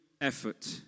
effort